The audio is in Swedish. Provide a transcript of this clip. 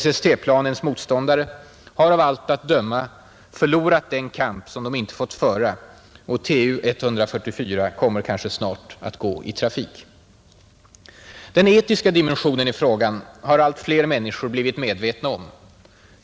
SST-planens motståndare har av allt att döma förlorat den kamp som de inte fått föra och Tu-144 kommer kanske snart att gå i trafik. Den etiska dimensionen i frågan har allt fler människor blivit medvetna om.